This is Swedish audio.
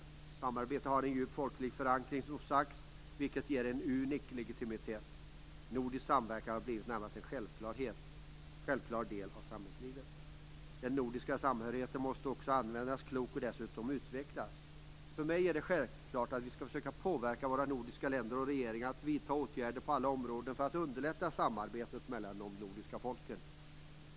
Samarbetet har, som tidigare sagts, en djup folklig förankring, vilket ger det en unik legitimitet. Nordisk samverkan har närmast blivit en självklar del av samhällslivet. Den nordiska samhörigheten måste användas klokt och måste dessutom utvecklas. För mig är det en självklarhet att vi skall försöka påverka de nordiska länderna och deras regeringar att vidta åtgärder på alla områden för att underlätta samarbetet mellan de nordiska folken.